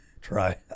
try